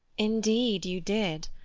indeed you did.